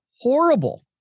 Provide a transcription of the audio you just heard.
horrible